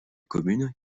commune